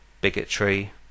bigotry